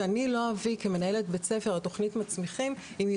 שאני לא אביא כמנהלת בית ספר תוכנית מצמיחים אם היא